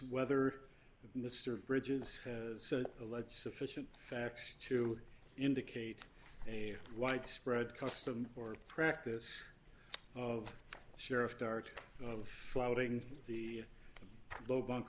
whether mr bridges alleged sufficient facts to indicate a widespread custom or practice of sheriff dart of flouting the low bank